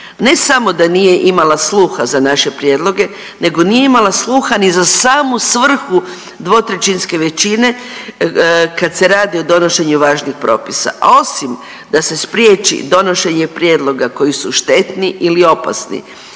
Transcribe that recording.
Ne samo da nije imala sluha za naše prijedloge nego nije imala sluha ni za samu svrhu dvotrećinske većine kad se radi o donošenju važnih propisa, a osim da se spriječi donošenje prijedloga koji su štetni ili opasni